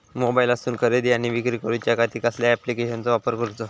मोबाईलातसून खरेदी आणि विक्री करूच्या खाती कसल्या ॲप्लिकेशनाचो वापर करूचो?